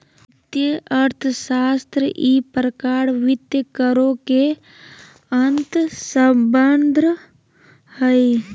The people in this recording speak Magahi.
वित्तीय अर्थशास्त्र ई प्रकार वित्तीय करों के अंतर्संबंध हइ